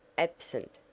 absent!